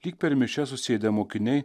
lyg per mišias susėdę mokiniai